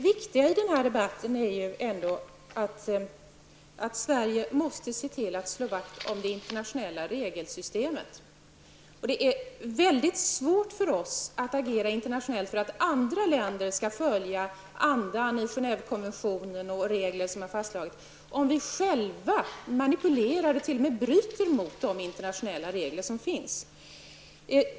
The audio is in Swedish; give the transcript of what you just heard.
Fru talman! Det viktiga i denna debatt är att Sverige måste se till att slå vakt om det internationella regelsystemet. Det är mycket svårt för oss att agera internationellt för att andra länder skall följa andan i Genèvekonventionen och regler som har fastslagits om vi själva manipulerar och t.o.m. bryter mot de internationella reglerna.